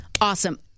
Awesome